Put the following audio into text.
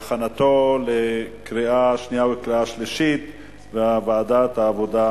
להכנתה לקריאה שנייה ולקריאה שלישית בוועדת העבודה,